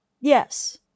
Yes